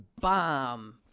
bomb